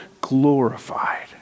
glorified